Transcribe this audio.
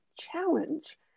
challenge